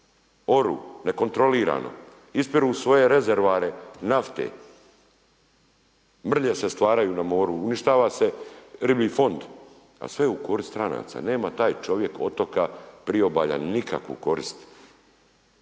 Oru, nekontrolirano. Ispiru svoje rezervoare nafte, mrlje se stvaraju na moru, uništava se riblji fond, a sve u korist stranaca, nema taj čovjek otoka, priobalja nikakvu korist.